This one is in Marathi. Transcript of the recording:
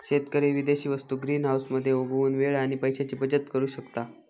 शेतकरी विदेशी वस्तु ग्रीनहाऊस मध्ये उगवुन वेळ आणि पैशाची बचत करु शकता